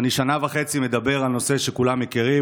אני שנה וחצי מדבר על נושא שכולם מכירים,